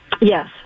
Yes